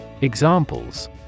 Examples